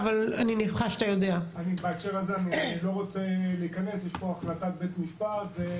אני לא רוצה להיכנס לזה, יש החלטת בית משפט.